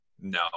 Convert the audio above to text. No